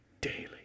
daily